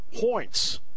points